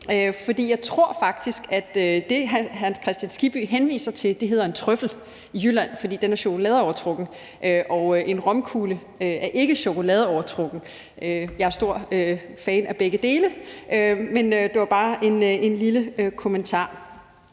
for jeg tror faktisk, at det, hr. Hans Kristian Skibby henviser til, hedder en trøffel i Jylland, fordi den er chokoladeovertrukket, og en romkugle er ikke chokoladeovertrukket – jeg er stor fan af begge dele. Men det var bare en lille kommentar.